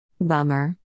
Bummer